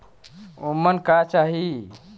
उमन का का चाही?